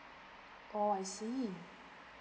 oh I see